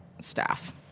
staff